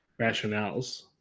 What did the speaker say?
rationales